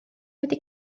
wedi